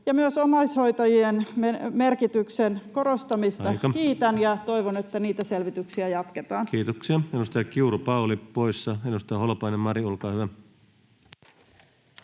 myös omaishoitajien merkityksen korostamisesta [Puhemies: Aika!] kiitän ja toivon, että niitä selvityksiä jatketaan. Kiitoksia. — Edustaja Kiuru, Pauli poissa. — Edustaja Holopainen, Mari, olkaa hyvä.